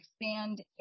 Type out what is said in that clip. expand